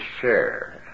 share